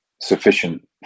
sufficient